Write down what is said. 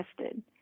tested